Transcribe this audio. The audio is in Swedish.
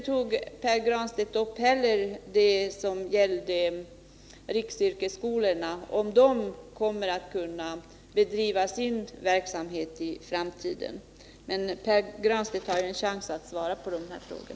Han berörde inte heller frågan om huruvida riksyrkesskolorna i framtiden kommer att kunna bedriva sin verksamhet. Men Pär Granstedt har ju en chans att svara på dessa frågor.